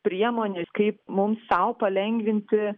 priemonė kaip mums sau palengvinti